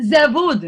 זה כבר אבוד.